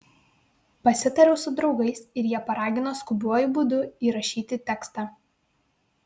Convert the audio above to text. pasitariau su draugais ir jie paragino skubiuoju būdu įrašyti tekstą